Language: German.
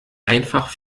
einfach